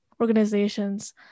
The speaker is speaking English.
organizations